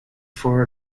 for